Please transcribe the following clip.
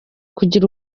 kugira